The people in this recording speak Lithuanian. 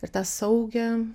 ir tą saugią